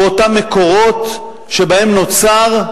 באותם מקורות שבהם נוצר,